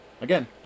again